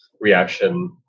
reaction